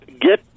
get